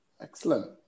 excellent